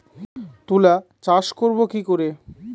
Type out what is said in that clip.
তুলা চাষ করব কি করে?